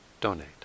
donate